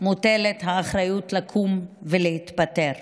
מוטלת האחריות לקום ולהתפטר,